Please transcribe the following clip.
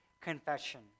confession